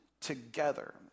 together